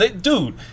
dude